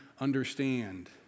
understand